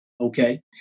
okay